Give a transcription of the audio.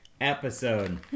episode